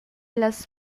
las